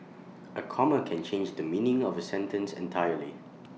A comma can change the meaning of A sentence entirely